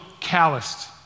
calloused